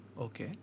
Okay